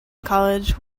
college